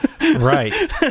Right